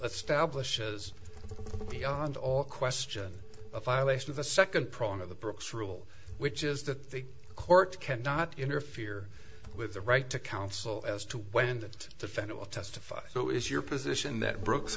establishes beyond all question of violation of the second prong of the brooks rule which is that the court cannot interfere with the right to counsel as to when that the fed will testify so is your position that brook